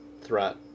threat